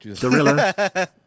Gorilla